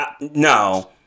no